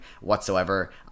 whatsoever